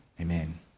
Amen